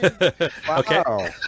okay